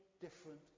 different